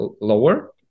lower